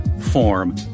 form